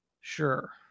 Sure